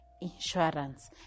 insurance